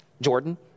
Jordan